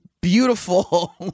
beautiful